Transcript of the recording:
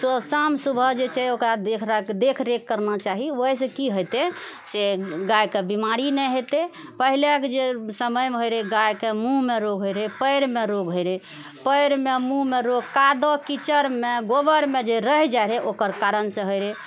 शाम सुबह जे छै ओकरा देखरेख देखरेख करना चाही ओहिसँ कि हेतै से गायके बीमारी नहि हेतै पहिलेके जे समयमे होइत रहै गायके मुँहमे रोग होइत रहै पएरमे रोग होइत रहै पएरमे मुँहमे रोग कादो किचड़मे गोबरमे जे रहि जाइत रहै ओकर कारणसँ होइत रहै